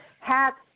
Hats